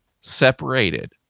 separated